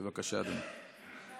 בבקשה, אדוני.